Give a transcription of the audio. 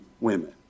women